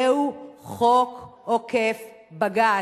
זהו חוק עוקף-בג"ץ,